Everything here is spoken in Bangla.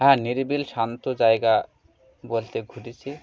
হ্যাঁ নিরবিলি শান্ত জায়গা বলতে ঘুরেছি